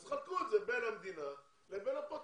אז תחלקו את זה בין המדינה לבין הפרטיים,